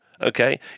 okay